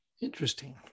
Interesting